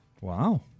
Wow